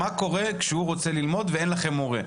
מה קורה כשהוא רוצה ללמוד ואין לכם מורה?